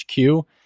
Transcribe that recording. HQ